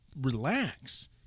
relax